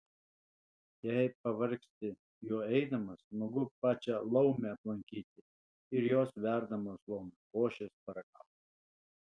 jei pavargsti juo eidamas smagu pačią laumę aplankyti ir jos verdamos laumių košės paragauti